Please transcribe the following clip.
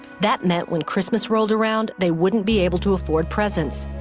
that meant when christmas rolled around, they wouldn't be able to afford presents.